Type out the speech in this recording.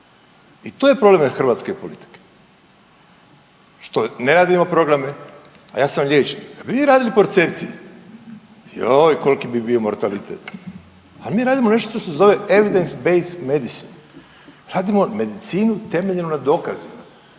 i to je problem hrvatske politike. Što ne radimo programe, a ja sam liječnik, kad bi vi radili percepcije joj koliki bi bio mortalitet. Ali mi radimo nešto što se zove /govornik govori stranim jezikom/radimo medicinu temeljenu na dokazima